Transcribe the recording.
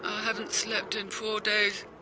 haven't slept in four days,